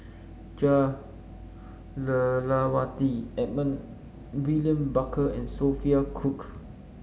Jah Lelawati Edmund William Barker and Sophia Cooke